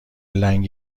لنگ